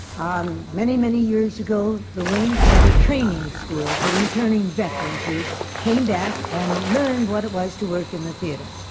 um many, many years ago, the wing had a training school for returning veterans who came back and learned what it was to work in the theatre.